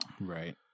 Right